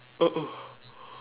a'ah